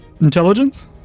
intelligence